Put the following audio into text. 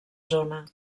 zona